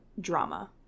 drama